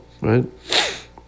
right